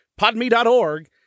podme.org